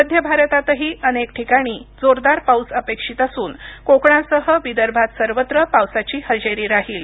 मध्य भारताततही अनेक ठिकाणी जोरदार पाऊस अपेक्षित असून कोकणासह विदर्भात सर्वत्र पावसाची हजेरी राहील